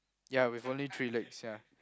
ya with only three legs ya